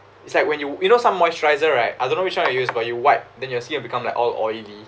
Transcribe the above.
it's like when you you know some moisturizer right I don't know which one you use but you wipe then you'll see it become like all oily